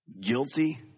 guilty